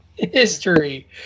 history